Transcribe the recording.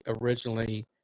originally